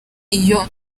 iyo